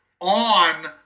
on